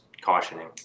cautioning